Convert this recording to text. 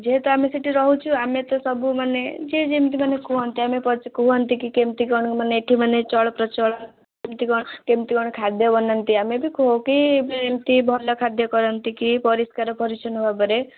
ଯେହେତୁ ଆମେ ସେଇଠି ରହୁଛୁ ଆମେ ତ ସବୁ ମାନେ ଯିଏ ଯେମତି ମାନେ କୁହନ୍ତି ମାନେ କୁହନ୍ତି କି କେମତି କ'ଣ ମାନେ ଏଠି ମାନେ ଚଳପ୍ରଚଳ କେମତି କ'ଣ କେମତି କ'ଣ ଖାଦ୍ୟ ବନାନ୍ତି ଆମେ ବି କହୁକି ଏମତି ଭଲ ଖାଦ୍ୟ କରନ୍ତି ପରିଷ୍କାର ପରିଚ୍ଛନ୍ନ ଭାବରେ